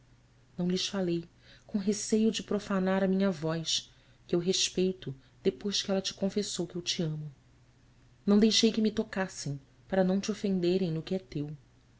não lhes falei com receio de profanar a minha voz que eu respeito depois que ela te confessou que eu te amo não deixei que me tocassem para não te ofenderem no que é teu